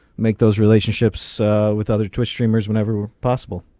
make those relationships with other twitch streamers whenever possible.